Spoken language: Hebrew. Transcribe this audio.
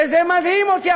וזה מדהים אותי,